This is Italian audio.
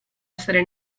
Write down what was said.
essere